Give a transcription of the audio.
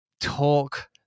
talk